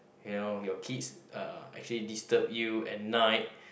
you know your kids uh actually disturb you at night